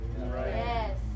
Yes